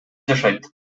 жашайт